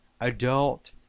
adult